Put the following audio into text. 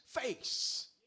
face